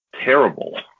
terrible